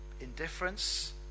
indifference